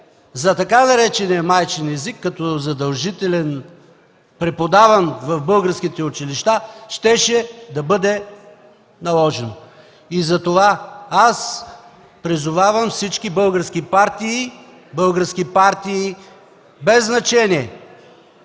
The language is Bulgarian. за така наречения „майчин език” като задължителен, преподаван в българските училища, щеше да бъде наложен. Затова призовавам всички български партии, без значение